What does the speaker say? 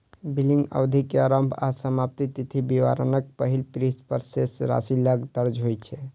billing अवधि के आरंभ आ समाप्ति तिथि विवरणक पहिल पृष्ठ पर शेष राशि लग दर्ज होइ छै